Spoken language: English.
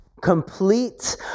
complete